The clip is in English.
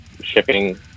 shipping